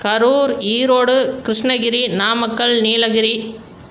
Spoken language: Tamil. கரூர் ஈரோடு கிருஷ்ணகிரி நாமக்கல் நீலகிரி